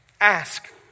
Ask